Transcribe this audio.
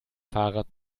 fahrrad